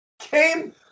came